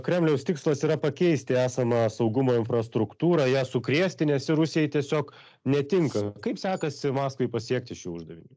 kremliaus tikslas yra pakeisti esamą saugumo infrastruktūrą ją sukrėsti nes ji rusijai tiesiog netinka kaip sekasi maskvai pasiekti šį uždavinį